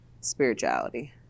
spirituality